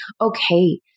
Okay